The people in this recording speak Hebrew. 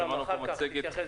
שמענו פה מצגת